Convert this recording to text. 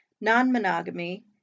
non-monogamy